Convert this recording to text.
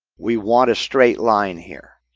we want a straight line here.